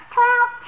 Twelve